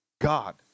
God